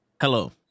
Hello